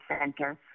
Center